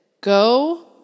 Go